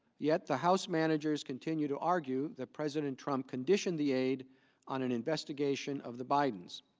yet, the house managers continue to argue that president trump conditioned the aid on an investigation of the bidens.